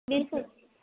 बिल्कुलु